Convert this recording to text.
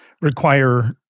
require